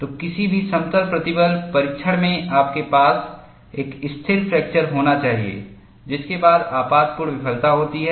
तो किसी भी समतल प्रतिबल परीक्षण में आपके पास एक स्थिर फ्रैक्चर होना चाहिए जिसके बाद आपातपूर्ण विफलता होती है